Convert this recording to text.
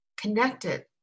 connected